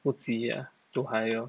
不急 ah don't hire orh